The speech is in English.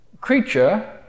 creature